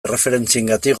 erreferentziengatik